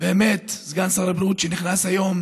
סגן שר הבריאות, שנכנס היום